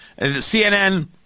CNN